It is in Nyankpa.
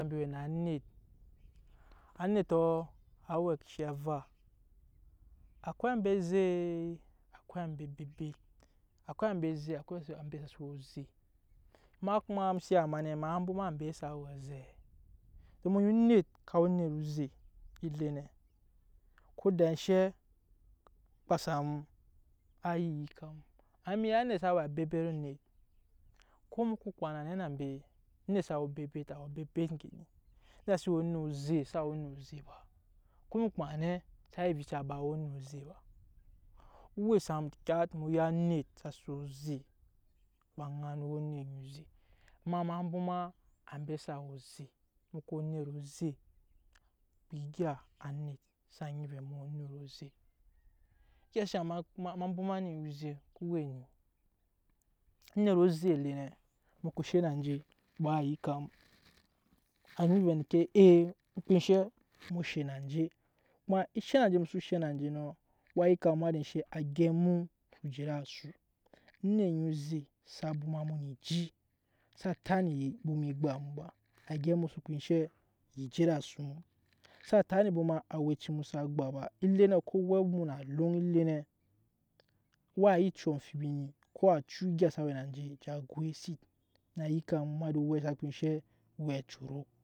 Na ambi we na anet aneto awɛ kashi ava akwai ambe a azɛ azɛ akwai ambe sa si we ambe aze, ema kuma emu so ya ma ne enna bwoma amba sa we ambe azee emu nyi anet ka we onyi oze ele ne ko daa enshɛ kpaa sa mu waa nyi yika mu amma emuya anet sa we abebet anet ko emu nyi onet ka we onyi oze ele ne ko daa enshɛ kpaa sa mu waa nyi yika mu amma emu ya anet sa we abebet anet ko emu ku kpaa na nɛ na mbe onet, sa we obebet awe obebet engeni o nyi sa si we onet oze sa we onyi ze ba ko emu kpaa na ne sa nyi vica ba we onyi ze ba o we sa mu diggat emu ya onet sa she oze ba nanu